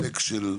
להקריא את סעיף ג'